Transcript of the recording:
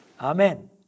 Amen